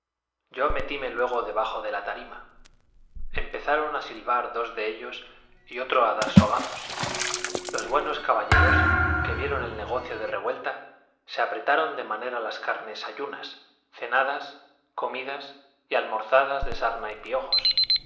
yo metíme luego debajo de la tarima empezaron a silbar dos de ellos y otro a dar sogazos los buenos caballeros que vieron el negocio de revuelta se apretaron de manera las carnes ayunas cenadas comidas y almorzadas de sarna y piojos que cupieron todos en un resquicio de la